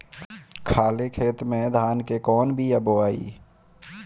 खाले खेत में धान के कौन बीया बोआई?